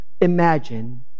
imagine